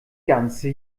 ganze